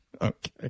Okay